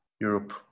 Europe